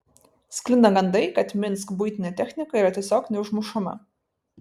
sklinda gandai kad minsk buitinė technika yra tiesiog neužmušama